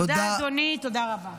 תודה, אדוני, תודה רבה.